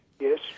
Yes